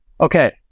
Okay